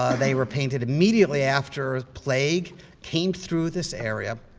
they were painted immediately after plague came through this area,